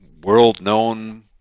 World-known